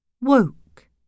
Woke